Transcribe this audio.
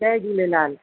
Jay Jhulelal